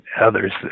others